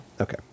Okay